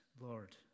Lord